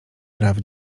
praw